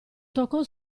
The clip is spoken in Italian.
toccò